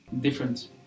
different